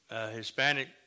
Hispanic